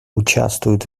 участвуют